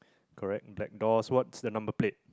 correct black doors what's the number plate